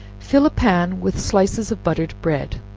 fill a pan with slices of buttered bread,